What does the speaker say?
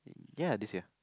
ya this year